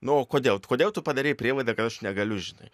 nu o kodėl kodėl tu padarei prielaidą kad aš negaliu žinai